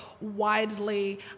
widely